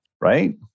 right